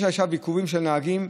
יש עכשיו עיכובים של נהגים,